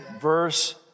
verse